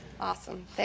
Awesome